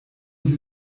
sie